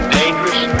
dangerous